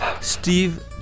Steve